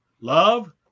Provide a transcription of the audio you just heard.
Love